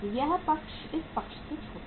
यह पक्ष इस पक्ष से छोटा है